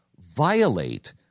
violate